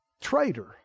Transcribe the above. traitor